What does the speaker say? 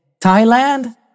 Thailand